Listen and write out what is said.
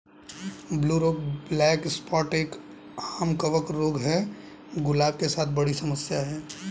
फूल रोग black spot एक, आम कवक रोग है, गुलाब के साथ बड़ी समस्या है